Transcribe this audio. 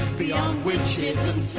beyond witches